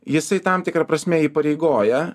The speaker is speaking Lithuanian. jisai tam tikra prasme įpareigoja